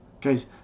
Guys